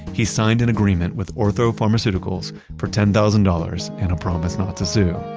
he signed an agreement with ortho pharmaceuticals for ten thousand dollars and a promise not to sue.